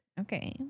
Okay